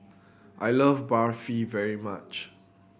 I love Barfi very much